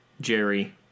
Jerry